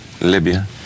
Libya